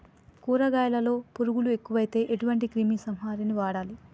కూరగాయలలో పురుగులు ఎక్కువైతే ఎటువంటి క్రిమి సంహారిణి వాడాలి?